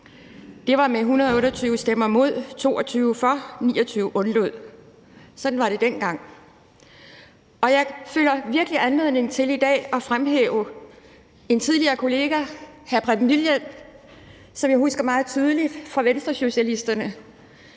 Det var med 128 stemmer for, 22 imod og 29 undlod at stemme. Sådan var det dengang. Og jeg føler virkelig anledning til i dag at fremhæve en tidligere kollega, nemlig Preben Wilhjelm fra Venstresocialisterne,